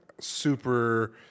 super